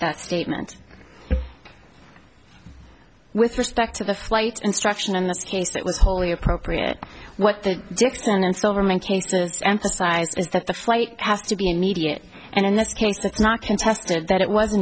that statement with respect to the flight instruction in this case it was wholly appropriate what the dixon and silverman came to emphasize is that the flight has to be immediate and in this case it's not contested that it wasn't